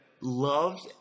loved